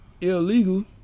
illegal